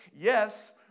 yes